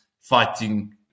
fighting